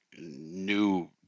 new